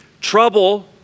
Trouble